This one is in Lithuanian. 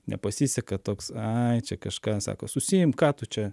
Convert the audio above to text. nepasiseka toks ai čia kažką sako susiimk ką tu čia